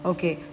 Okay